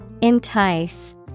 Entice